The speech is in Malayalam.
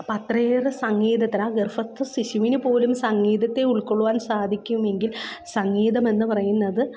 അപ്പോള് അത്രയേറെ സംഗീതത്ര ഗർഭസ്ഥ ശിശുവിന് പോലും സംഗീതത്തെ ഉൾക്കൊള്ളുവാൻ സാധിക്കുമെങ്കിൽ സംഗീതമെന്ന് പറയുന്നത്